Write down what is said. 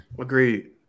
Agreed